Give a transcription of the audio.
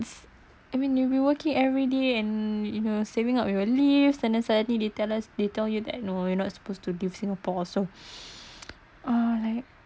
I mean we were working every day and you know saving up your leave and suddenly they tell us they tell you that no you not supposed to leave singapore also uh like